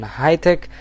high-tech